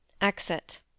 Exit